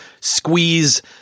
squeeze